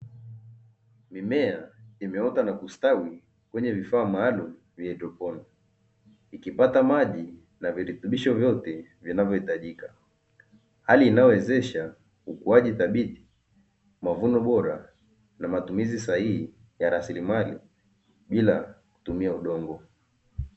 Mimea imeota na kustawi kwenye vifaa maaumu vya haidroponi, ikipata maji na virutubisho vyote vinavyohiitajika. Hali inayo wezesha ukuaji thabiti, mavuno bora na matumizi sahihi ya rasilimali bila kutumia udongo.